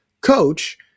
coach